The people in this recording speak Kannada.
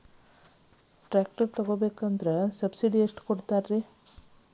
ಟ್ರ್ಯಾಕ್ಟರ್ ತಗೋಬೇಕಾದ್ರೆ ಸಬ್ಸಿಡಿ ಎಷ್ಟು ಕೊಡ್ತಾರ?